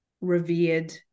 revered